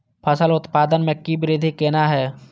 फसल उत्पादन में वृद्धि केना हैं?